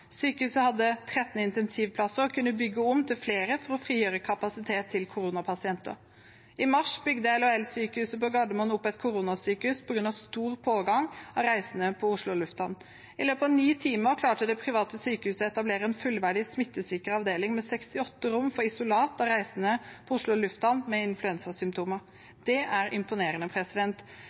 Sykehuset hadde 13 intensivplasser og kunne bygge om til flere for å frigjøre kapasitet til koronapasienter. I mars bygde LHL-sykehuset på Gardermoen opp et koronasykehus på grunn av stor pågang av reisende på Oslo lufthavn. I løpet av ni timer klarte det private sykehuset å etablere en fullverdig smittesikker avdeling med 68 rom for isolat av reisende med influensasymptomer ved Oslo lufthavn. Det er imponerende.